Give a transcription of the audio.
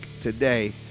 Today